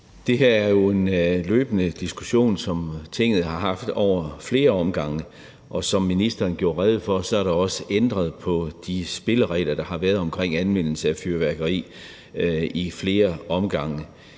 Det her er jo en løbende diskussion, som Tinget har haft over flere omgange, og som ministeren gjorde rede for, er der også ændret på de spilleregler, der har været om anvendelse af fyrværkeri, i flere omgange.